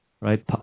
Right